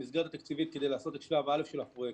המסגרת התקציבית לשלב א' של הפרויקט,